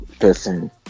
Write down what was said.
person